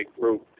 group